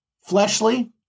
fleshly